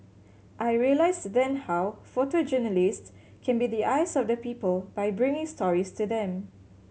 I realised then how photojournalists can be the eyes of the people by bringing stories to them